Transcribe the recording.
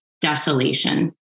desolation